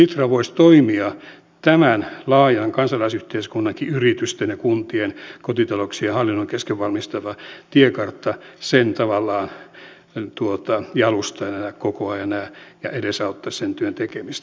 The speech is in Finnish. sitra voisi toimia tämän laajan tiekartan joka valmisteltaisiin kansalaisyhteiskunnankin yritysten ja kuntien kotitalouksien ja hallinnon kesken tavallaan jalustana ja kokoajana ja edesauttaisi sen työn tekemistä